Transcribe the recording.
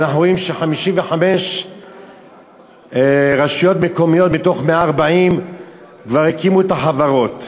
ואנחנו רואים ש-55 רשויות מקומיות מתוך 140 כבר הקימו את החברות.